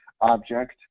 object